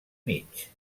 mig